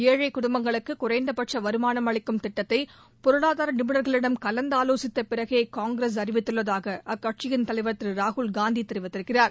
ஏழைக் குடும்பங்களுக்கு குறைந்தபட்சும் வருமானம் அளிக்கும் திட்டத்தை பொருளாதார நிபுணர்களிடம் கலந்தாலோசித்த பிறகே காங்கிரஸ் அறிவித்துள்ளதாக அக்கட்சியின் தலைவர் திரு ராகுல்காந்தி தெரிவித்திருக்கிறார்